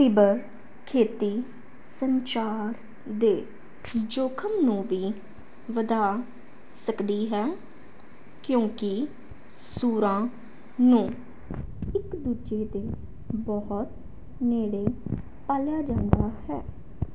ਤੀਬਰ ਖੇਤੀ ਸੰਚਾਰ ਦੇ ਜੋਖਮ ਨੂੰ ਵੀ ਵਧਾ ਸਕਦੀ ਹੈ ਕਿਉਂਕਿ ਸੂਰਾਂ ਨੂੰ ਇੱਕ ਦੂਜੇ ਦੇ ਬਹੁਤ ਨੇੜੇ ਪਾਲਿਆ ਜਾਂਦਾ ਹੈ